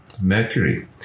mercury